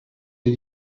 did